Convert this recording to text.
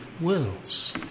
wills